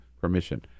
permission